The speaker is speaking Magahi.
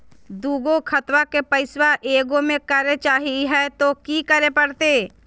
दू गो खतवा के पैसवा ए गो मे करे चाही हय तो कि करे परते?